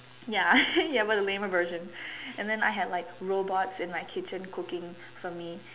ya ya but the lamer version and then I had like robots in my kitchen cooking for me